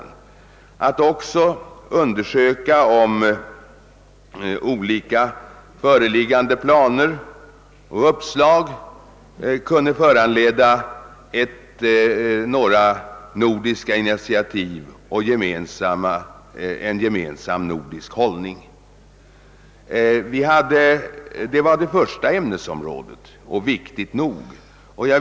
Vi skulle också undersöka om olika föreliggande planer och uppslag beträffande övergångsanordningar kunde föranleda några nordiska initiativ och en gemensam nordisk hållning. Det sistnämnda ämnesområdet är viktigt nog.